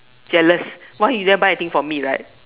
jealous why you never buy the thing for me like